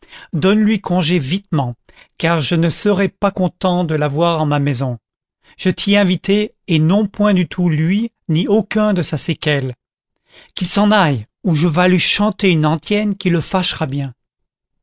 donne-lui congé vitement car je ne serais pas content de l'avoir en ma maison je t'y ai invité et non point du tout lui ni aucun de sa séquelle qu'il s'en aille ou je vas lui chanter une antienne qui le fâchera bien